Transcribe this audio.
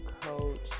coach